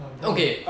okay